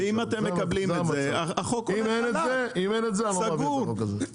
ואם אתם מקבלים את זה החוק הולך חלק, סגור.